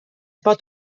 pot